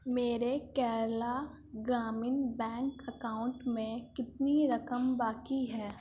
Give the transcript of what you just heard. میرے Kerala Gramin Bank account میں کتنی رقم باقی ہے